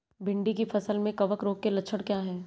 भिंडी की फसल में कवक रोग के लक्षण क्या है?